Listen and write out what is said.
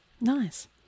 Nice